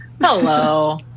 Hello